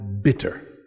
bitter